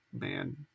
man